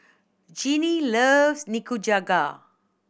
Jeanne loves Nikujaga